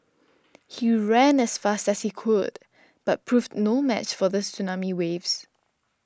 he ran as fast as he could but proved no match for the tsunami waves